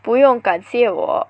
不用感谢我